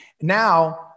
now